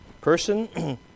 person